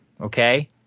okay